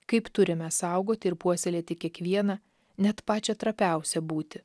kaip turime saugoti ir puoselėti kiekvieną net pačią trapiausią būtį